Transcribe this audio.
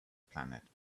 planet